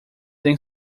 than